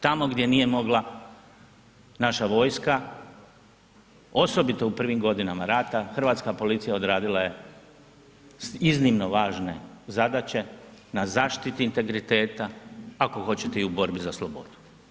Tamo gdje nije mogla naša vojska osobito u prvim godinama rata Hrvatska policija odradila je iznimno važne zadaće na zaštiti integriteta, ako hoćete i u borbi za slobodu.